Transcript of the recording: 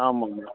ஆமாங்க